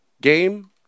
game